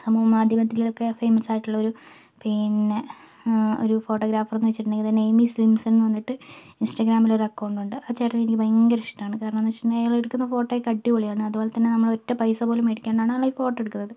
സമൂഹമാധ്യമങ്ങളിൽ ഒക്കെ ഫേമസ് ആയിട്ടുള്ള ഒരു പിന്നെ ഒരു ഫോട്ടോഗ്രാഫർ എന്ന് വച്ചിട്ടുണ്ടെങ്കിൽ ദ നെയിം ഈസ് ലിൻസൺ എന്ന് പറഞ്ഞിട്ട് ഇൻസ്റ്റഗ്രാമില് ഒരു അക്കൗണ്ട് ഉണ്ട് ആ ചേട്ടനെ എനിക്ക് ഭയങ്കര ഇഷ്ടമാണ് കാരണം എന്തെന്ന് വെച്ചാൽ അയാൾ എടുക്കുന്ന ഫോട്ടോയൊക്കെ അടിപൊളിയാണ് അതുപോലെതന്നെ നമ്മൾ ഒറ്റ പൈസ പോലും മേടിക്കാണ്ടാണ് ആൾ ഈ ഫോട്ടോ എടുക്കുന്നത്